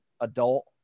adult